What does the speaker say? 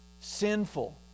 sinful